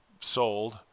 sold